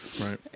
Right